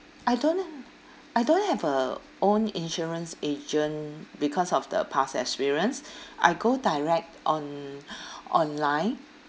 I don't have I don't have a own insurance agent because of the past experience I go direct on~ online